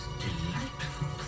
delightful